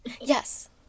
Yes